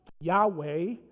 Yahweh